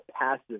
passive